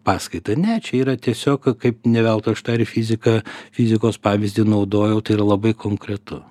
paskaitą ne čia yra tiesiog kaip ne veltui aš tą ir fiziką fizikos pavyzdį naudojau tai yra labai konkretu